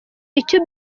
icyo